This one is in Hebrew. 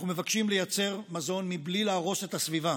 אנחנו מבקשים לייצר מזון בלי להרוס את הסביבה,